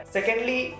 Secondly